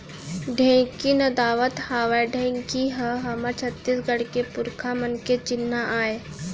ढेंकी नदावत हावय ढेंकी ह हमर छत्तीसगढ़ के पुरखा मन के चिन्हा आय